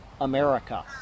America